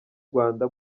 rwanda